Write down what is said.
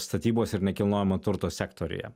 statybos ir nekilnojamo turto sektoriuje